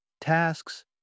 Tasks